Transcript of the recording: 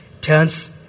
turns